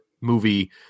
movie